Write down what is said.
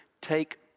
take